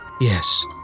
Yes